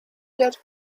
dead